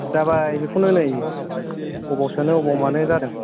जाबाय बेखौनो नै अबाव सोनो अबाव मानो जादों